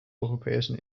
europäischen